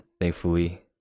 Thankfully